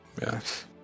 Yes